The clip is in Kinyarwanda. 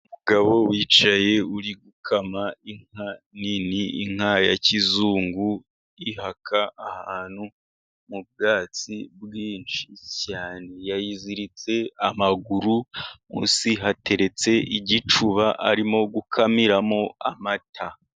Umugabo wicaye uri gukama inka nini, inka ya kizungu ihaka, ahantu mu bwatsi bwinshi cyane, yayiziritse amaguru. Munsi hateretse igicuba arimo gukamiramo amata.